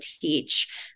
teach